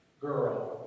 girl